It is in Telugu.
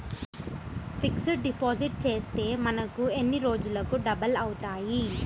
ఫిక్సడ్ డిపాజిట్ చేస్తే మనకు ఎన్ని రోజులకు డబల్ అవుతాయి?